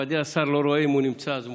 מכובדי השר, לא רואה, אם הוא נמצא אז מכובדי,